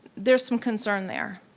there's some concern there.